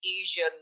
Asian